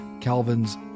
CALVIN'S